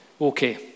Okay